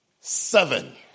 seven